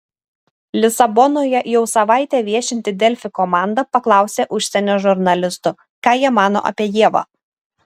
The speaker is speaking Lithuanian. lisabonoje jau savaitę viešinti delfi komanda paklausė užsienio žurnalistų ką jie mano apie ievą